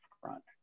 front